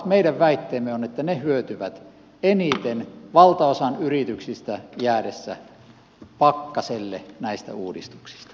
meidän väitteemme on että ne hyötyvät eniten valtaosan yrityksistä jäädessä pakkaselle näistä uudistuksista